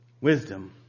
Wisdom